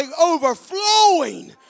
overflowing